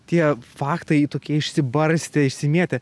tie faktai tokie išsibarstę išsimėtę